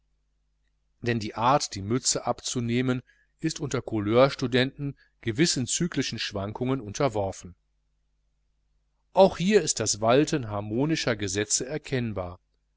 denn die art die mütze abzunehmen ist unter couleurstudenten gewissen cyklischen schwankungen unterworfen auch hier ist das walten harmonischer gesetze erkennbar